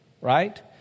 Right